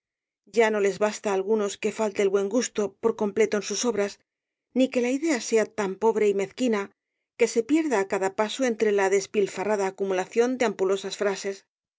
ya no les basta á algunos que falte el buen gusto por completo en sus obras ni que la idea sea tan pobre y mezquina que se pierda á cada paso entre la despilfarrada acumulación de ampulosas frases